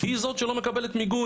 היא זאת שלא מקבלת מיגון,